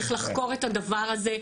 צריך לחקור את הדבר הזה,